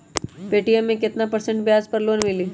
Paytm मे केतना percent ब्याज पर लोन मिली?